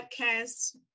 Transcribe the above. podcast